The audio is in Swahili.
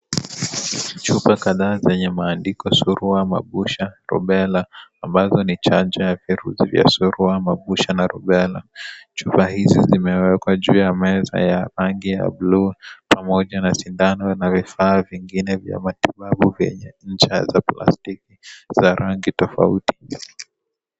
Chupa kadhaa zenye maandiko surua, mabusha, rubella ambazo ni chanjo ya virusi vya surua, mabusha na rubella. Chupa hizo zimewekwa juu ya meza ya rangi ya bluu pamoja na sindano na vifaa vingine vya matibabu zenye ncha za plastiki za rangi tofauti.